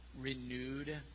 renewed